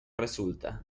resulta